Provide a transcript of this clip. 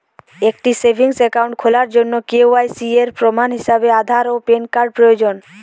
একটি savings account খোলার জন্য কে.ওয়াই.সি এর প্রমাণ হিসাবে আধার ও প্যান কার্ড প্রয়োজন